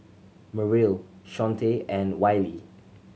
Merrill Shawnte and Wiley